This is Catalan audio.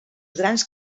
grans